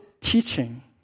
teaching